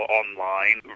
online